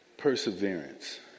perseverance